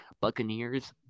Buccaneers